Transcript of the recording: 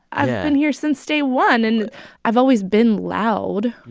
i've yeah been here since day one. and i've always been loud.